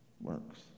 works